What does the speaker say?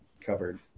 covered